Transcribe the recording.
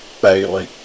Bailey